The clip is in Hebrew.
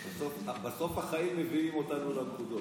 בסוף החיים מביאים אותנו לנקודות.